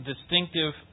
distinctive